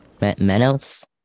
Manos